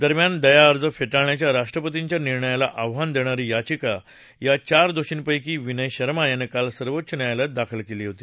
दरम्यान दयाअर्ज फेटाळण्याच्या राष्ट्रपतींच्या निर्णयाला आव्हान देणारी याचिका या चार दोषींपैकी विनय शर्मा यानं काल सर्वोच्च न्यायालयात दाखल केली होती